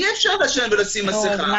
אי-אפשר לעשן ולשים מסכה.